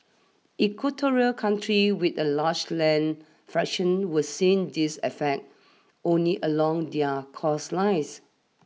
equatorial countries with a large land fraction will seen this effect only along their cost lines